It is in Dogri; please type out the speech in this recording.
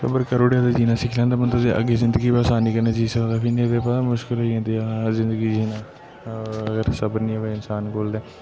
सबर करी उड़ेआ ते जीना सिक्खी लैंदा बंदा ते अगे जिंदगी बी आसानी कन्ने जी सकदा नेई ते बड़ा मुश्किल होंई जंदी जिंदगी जीना होंर अगर सबर नेई होंवै इंसान कोल ते